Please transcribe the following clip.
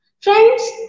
Friends